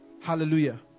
Hallelujah